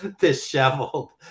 disheveled